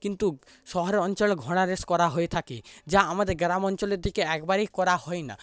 কিন্তু শহরের অঞ্চলে ঘোড়ার রেস করা হয়ে থাকে যা আমাদের গ্রাম অঞ্চলের দিকে একবারেই করা হয়না